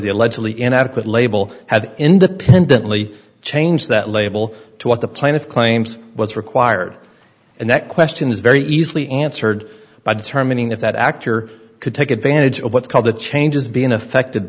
the allegedly inadequate label have independently change that label to what the plaintiff claims was required and that question is very easily answered by determining if that actor could take advantage of what's called a change is being affected